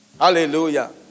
Hallelujah